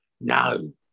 no